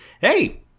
hey